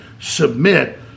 submit